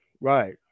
right